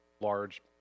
large